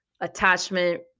attachment